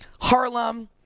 Harlem